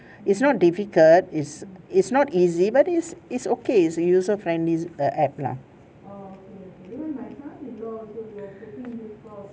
it's not difficult it's it's not easy but is is okay is user friendly app lah